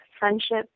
Friendship